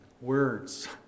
words